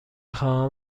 خواهم